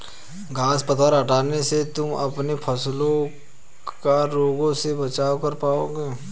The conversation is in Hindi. घांस पतवार हटाने से तुम अपने फसलों का रोगों से बचाव कर पाओगे